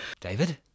David